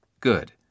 Good